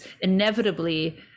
inevitably